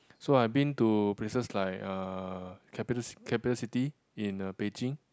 so I've been to places like uh capi~ capital city in uh Beijing